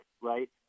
right